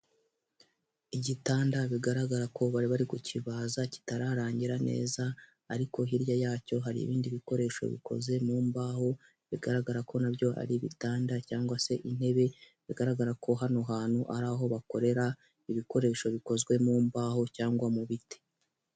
Igitanda bigaragara ko bari bari kukibaza kitararangira neza, ariko hirya yacyo hari ibindi bikoresho bikoze mu mbaho bigaragara ko nabyo ari igitanda cyangwa se intebe bigaragara ko hano hantu ari aho bakorera ibikoresho bikozwe mu mbaho cyangwa mu biti.